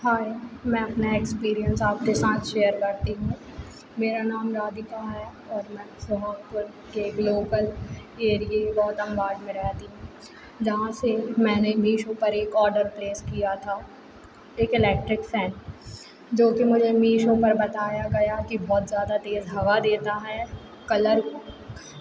हाय मैं अपना एक्सपीरियंस आपके साथ शेयर करती हूँ मेरा नाम राधिका है और मैं के लोकल के एरिए गोतम वार्ड में रहती हूँ जहाँ से मैंने मीशो पर एक ऑर्डर प्लेस किया था एक इलेक्ट्रिक फ़ैन जो कि मुझे मीशो पर बताया गया कि बहुत ज़्यादा तेज़ हवा देता हए कलर